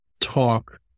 talk